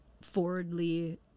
forwardly